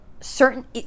certain